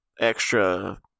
extra